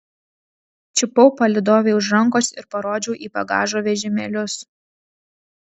čiupau palydovei už rankos ir parodžiau į bagažo vežimėlius